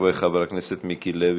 חבר הכנסת זחאלקה,